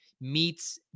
meets